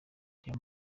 reba